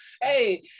Hey